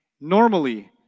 Normally